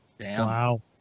Wow